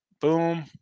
Boom